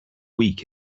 week